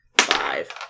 five